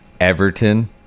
Everton